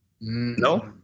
No